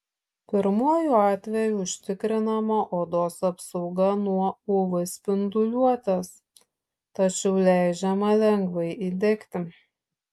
pirmuoju atveju užtikrinama odos apsauga nuo uv spinduliuotės tačiau leidžiama lengvai įdegti